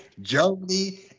Germany